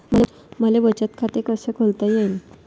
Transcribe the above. मले बचत खाते कसं खोलता येईन?